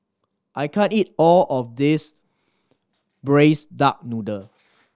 I can't eat all of this Braised Duck Noodle